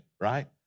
right